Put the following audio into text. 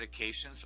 medications